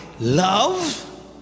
Love